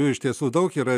jų iš tiesų daug yra